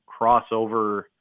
crossover